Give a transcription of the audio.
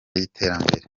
y’iterambere